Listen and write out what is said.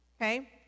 Okay